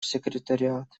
секретариат